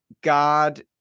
God